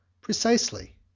Precisely